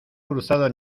cruzado